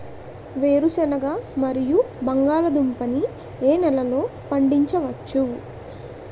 వేరుసెనగ మరియు బంగాళదుంప ని ఏ నెలలో పండించ వచ్చు?